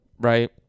Right